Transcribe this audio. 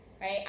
right